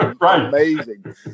amazing